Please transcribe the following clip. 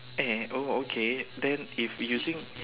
eh oh okay then if using